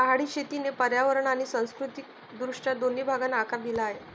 पहाडी शेतीने पर्यावरण आणि सांस्कृतिक दृष्ट्या दोन्ही भागांना आकार दिला आहे